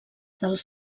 dels